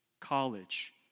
college